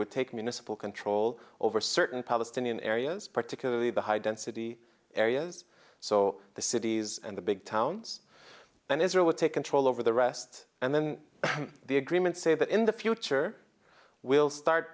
would take municipal control over certain palestinian areas particularly the high density areas so the cities and the big towns and israel would take control over the rest and then the agreement say that in the future we'll start